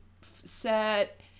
set